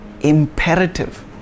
imperative